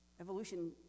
Evolution